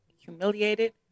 humiliated